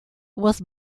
was